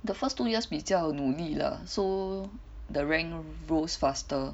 the first two years 比较努力 lah so the rank rose faster